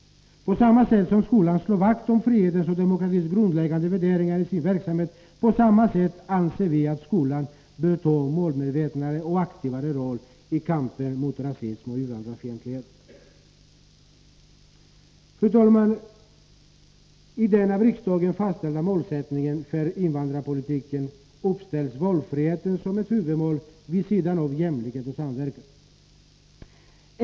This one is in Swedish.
På samma sätt som skolan slår vakt om frihetens och demokratins grundläggande värderingar i sin verksamhet, på samma sätt bör den ta mer målmedveten och mer aktiv del i kampen mot rasism och invandrarfientlighet. Fru talman! I den av riksdagen fastställda målsättningen för invandrarpolitiken uppställs valfriheten som ett huvudmål vid sidan av jämlikhet och samverkan.